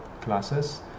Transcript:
classes